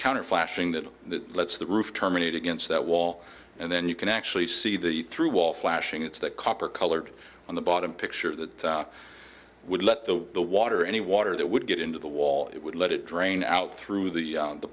counter flashing that lets the roof terminate against that wall and then you can actually see the through wall flashing it's that copper colored on the bottom picture that would let the the water any water that would get into the wall it would let it drain out through the